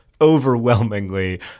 overwhelmingly